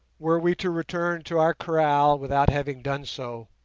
were we to return to our kraal without having done so,